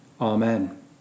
Amen